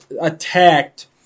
attacked